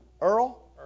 Earl